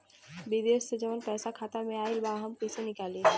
विदेश से जवन पैसा खाता में आईल बा हम कईसे निकाली?